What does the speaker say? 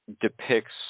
depicts